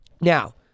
Now